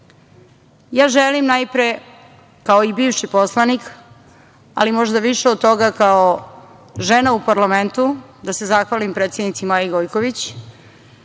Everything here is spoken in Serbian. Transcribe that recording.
SPS.Želim, najpre kao i bivši poslanik, ali možda više od toga i kao žena u parlamentu, da se zahvalim predsednici Maji Gojković,